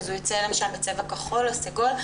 הוא ייצא בצבע כחול או סגול.